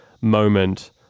moment